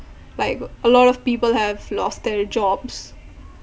like a lot of people have lost their jobs